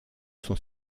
sont